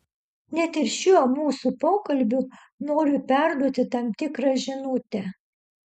net ir šiuo mūsų pokalbiu noriu perduoti tam tikrą žinutę